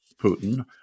Putin